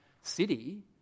city